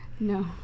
No